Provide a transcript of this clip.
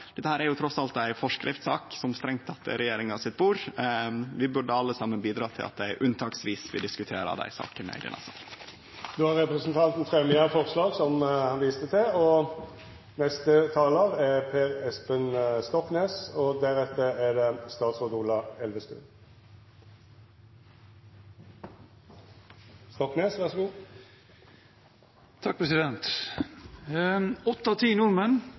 Dette er trass alt ei forskriftsak, som strengt tatt er regjeringa sitt bord. Vi burde alle saman bidra til at dei unntaksvis vil diskutere dei sakene i denne salen. Representanten Tore Storehaug har teke opp det forslaget han refererte til. Åtte av ti nordmenn